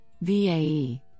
VAE